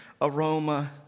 aroma